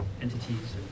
entities